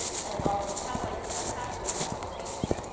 and all the metabolites in that pathway become labeled.